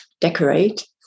decorate